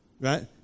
Right